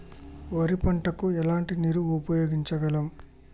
వరి పంట కు ఎలాంటి నీరు ఉపయోగించగలం?